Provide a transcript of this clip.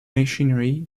machinery